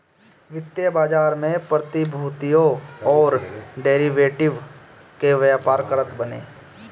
वित्तीय बाजार में प्रतिभूतियों अउरी डेरिवेटिव कअ व्यापार करत बाने